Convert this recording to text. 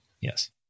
Yes